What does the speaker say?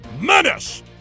menace